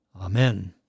Amen